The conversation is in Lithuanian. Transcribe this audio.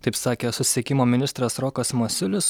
taip sakė susisiekimo ministras rokas masiulis